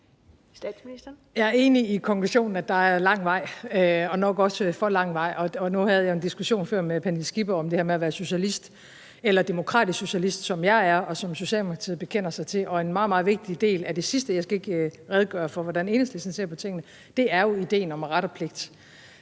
Jeg er enig i konklusionen om, at der er lang vej hjem og nok også for lang vej. Nu havde jeg før en diskussion med Pernille Skipper om det her med at være socialist eller demokratisk socialist, som jeg er, og som Socialdemokratiet bekender sig til, og en meget, meget vigtig del af det sidste – jeg skal ikke redegøre for, hvordan Enhedslisten ser på tingene – er jo ideen om ret og pligt,